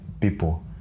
people